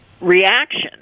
reaction